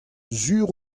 sur